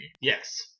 Yes